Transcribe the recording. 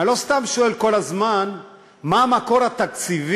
אני לא סתם שואל כל הזמן מה המקור התקציבי,